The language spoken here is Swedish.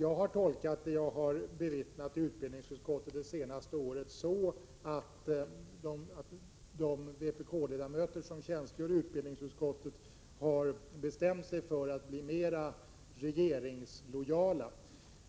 Jag har tolkat det som jag har bevittnat i utbildningsutskottet det senaste året så att de vpk-ledamöter som tjänstgör i utbildningsutskottet har bestämt sig för att bli mer regeringslojala.